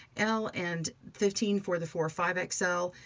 and fifteen for the four five like so